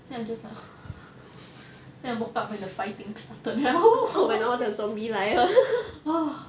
then I'm just like then I woke up when the fighting started !wah!